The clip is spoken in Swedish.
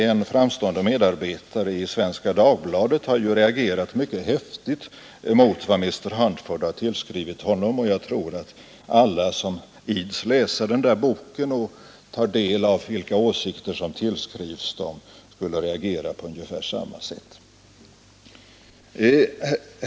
En framstående medarbetare i Svenska Dagbladet har reagerat mycket häftigt mot vad Mr Huntford tillskrivit honom, och jag tror att alla som ids läsa den där boken och ta del av de åsikter som tillskrivs dem skulle reagera på ungefär samma sätt.